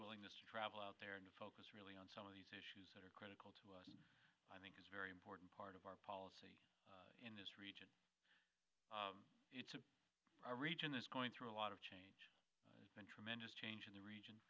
willingness to travel out there and to focus really on some of these issues that are critical to us i think is very important part of our policy in this region it's a region that's going through a lot of change and tremendous change in the region